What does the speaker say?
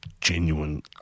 genuine